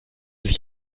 sich